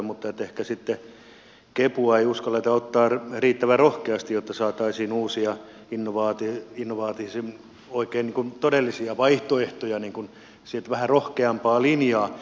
mutta ehkä sitten kepua ei uskalleta ottaa riittävän rohkeasti jotta saataisiin uusia innovaatioita oikein todellisia vaihtoehtoja vähän rohkeampaa linjaa